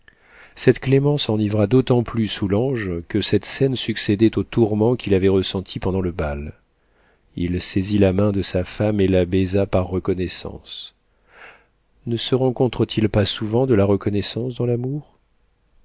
cette clémence enivra d'autant plus soulanges que cette scène succédait aux tourments qu'il avait ressentis pendant le bal il saisit la main de sa femme et la baisa par reconnaissance ne se rencontre-t-il pas souvent de la reconnaissance dans l'amour